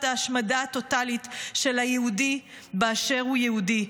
ההשמדה הטוטלית של היהודי באשר הוא יהודי,